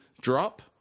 drop